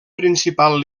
principal